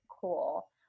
cool